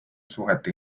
suhete